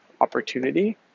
opportunity